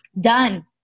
done